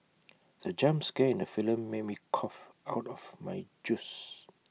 the jump scare in the film made me cough out of my juice